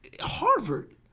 Harvard